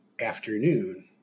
afternoon